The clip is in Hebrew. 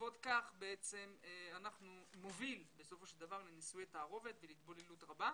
ובעקבות כך אנחנו נוביל בסופו של דבר לנישואי תערובת ולהתבוללות רבה.